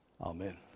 Amen